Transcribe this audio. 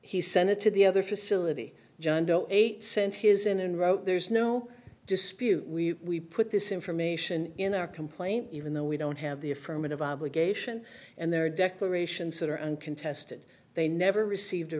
he sent it to the other facility john doe eight sent his in and wrote there's no dispute we put this information in our complaint even though we don't have the affirmative obligation and their declarations are uncontested they never received a